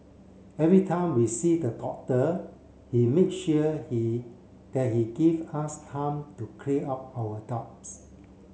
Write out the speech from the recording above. every time we see the doctor he make sure he that he give us time to clear up our doubts